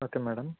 okay madam